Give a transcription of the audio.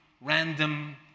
random